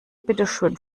bitteschön